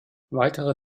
weitere